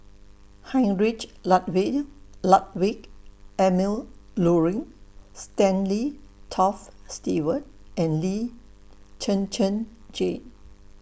Heinrich Ludwig Emil Luering Stanley Toft Stewart and Lee Zhen Zhen Jane